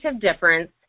difference